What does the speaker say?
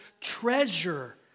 treasure